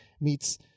meets